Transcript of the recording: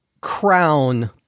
crown